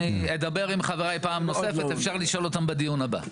אני אדבר עם חבריי פעם נוספת ואפשר לשאול אותם בדיון הבא.